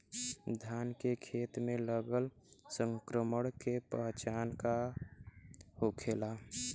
धान के खेत मे लगल संक्रमण के पहचान का होखेला?